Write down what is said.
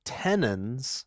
tenons